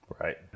Right